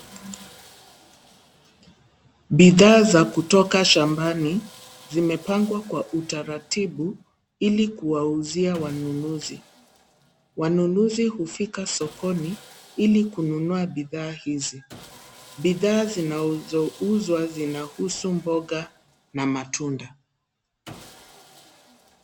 Bidhaa za kutoka shambani zimepangwa kwa utaratibu ili kuwauzia wanunuzi. Wanunuzi hufika sokoni ili kununua bidhaa hizi. Bidhaa zinazouzwa zinahusu mboga na matunda.